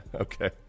Okay